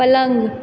पलङ्ग